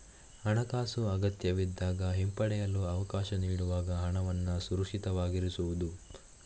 ಹಣಾಕಾಸು ಅಗತ್ಯವಿದ್ದಾಗ ಹಿಂಪಡೆಯಲು ಅವಕಾಶ ನೀಡುವಾಗ ಹಣವನ್ನು ಸುರಕ್ಷಿತವಾಗಿರಿಸುವುದು